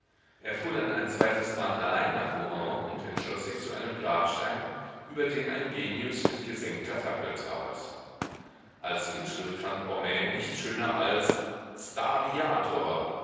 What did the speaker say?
er fuhr dann ein zweitesmal allein nach rouen und entschloß sich zu einem grabstein über dem ein genius mit gesenkter fackel trauert als inschrift fand homais nichts schöner als sta viator